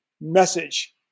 message